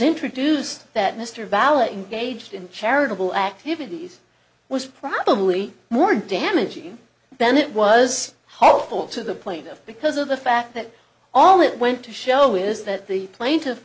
introduced that mr valid engaged in charitable activities was probably more damaging than it was hopeful to the plaintiff because of the fact that all it went to show is that the plaintiff